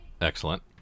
excellent